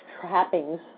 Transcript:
trappings